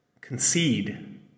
concede